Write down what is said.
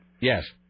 Yes